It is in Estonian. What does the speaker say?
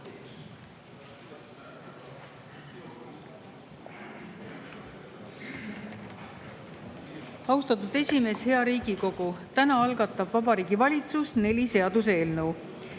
Austatud esimees! Hea Riigikogu! Täna algatab Vabariigi Valitsus neli seaduseelnõu.